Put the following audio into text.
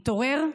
התעורר,